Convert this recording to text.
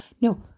No